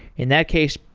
in that case,